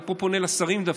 אני פה פונה לשרים דווקא,